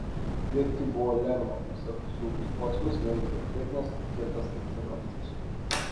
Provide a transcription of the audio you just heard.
bėgti buvo lengva nes atslūgus potvyniui smėlis buvo drėgnas ir kietas kaip cementas